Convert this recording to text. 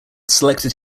selected